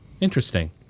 interesting